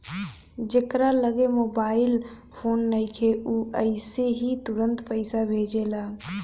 जेकरा लगे mobile phone नइखे उ अइसे ही तुरंते पईसा भेजेला